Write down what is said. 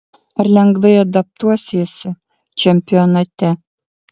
ar lengvai adaptuosiesi čempionate